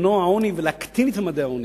למנוע עוני ולהקטין את ממדי העוני.